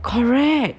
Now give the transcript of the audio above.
correct